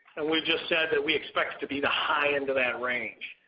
and we've just said that we expect to be the high end of that range.